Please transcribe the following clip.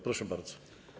Proszę bardzo.